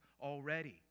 already